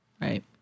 Right